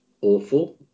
awful